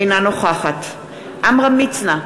אינה נוכחת עמרם מצנע,